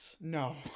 No